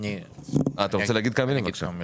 בבקשה.